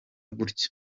gutyo